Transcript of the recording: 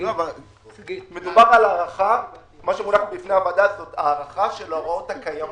מדובר על הארכה של ההוראות הקיימות,